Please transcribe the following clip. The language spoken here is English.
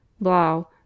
blau